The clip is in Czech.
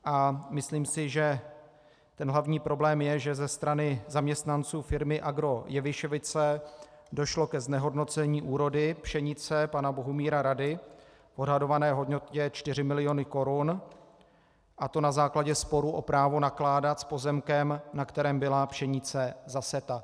A myslím si, že hlavní problém je, že ze strany zaměstnanců firmy Agro Jevišovice došlo ke znehodnocení úrody pšenice pana Bohumíra Rady v odhadované hodnotě 4 miliony korun, a to na základě sporu o právo nakládat s pozemkem, na kterém byla pšenice zaseta.